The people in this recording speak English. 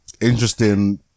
interesting